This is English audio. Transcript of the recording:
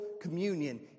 communion